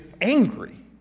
angry